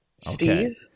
Steve